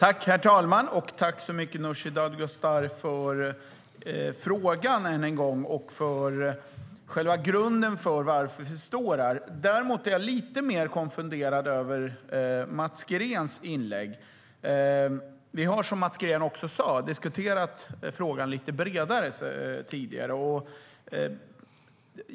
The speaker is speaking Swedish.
Herr talman! Jag tackar Nooshi Dadgostar för frågan och för själva grunden till att vi står här. Jag är däremot lite konfunderad över Mats Greens inlägg. Vi har som han sa diskuterat frågan lite bredare tidigare.